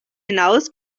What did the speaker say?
hinaus